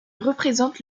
représente